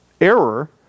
error